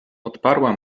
odparła